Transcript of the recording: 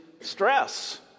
stress